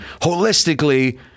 holistically